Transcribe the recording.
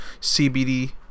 CBD